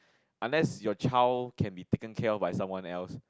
unless your child can be taken care of by someone else